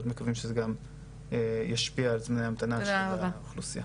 מקווים שזה גם ישפיע על זמני ההמתנה של האוכלוסייה.